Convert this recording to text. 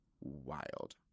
Wild